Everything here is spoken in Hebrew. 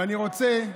ואני רוצה,